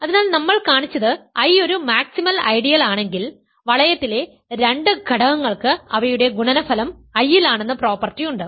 അതിനാൽ നമ്മൾ കാണിച്ചത് I ഒരു മാക്സിമൽ ഐഡിയൽ ആണെങ്കിൽ വളയത്തിലെ രണ്ട് ഘടകങ്ങൾക്ക് അവയുടെ ഗുണനഫലം I ലാണെന്ന പ്രോപ്പർട്ടി ഉണ്ട്